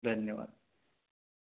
धन्यवाद